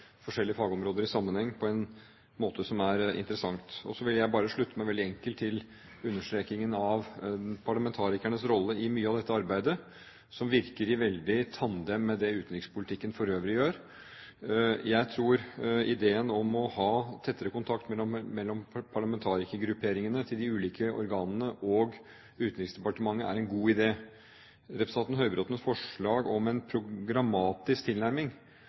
forskjellige fagområder i sammenheng på en måte som er interessant. Så vil jeg bare slutte meg veldig enkelt til understrekingen av parlamentarikernes rolle i mye av dette arbeidet, som virker i veldig tandem med det utenrikspolitikken for øvrig gjør. Jeg tror ideen om å ha tettere kontakt mellom parlamentarikergrupperingene til de ulike organene og Utenriksdepartementet er en god idé. Representanten Høybråtens forslag om en programmatisk tilnærming